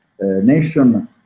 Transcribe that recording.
nation